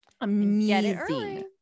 Amazing